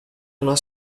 una